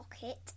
pocket